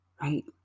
right